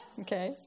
okay